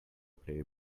play